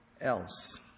else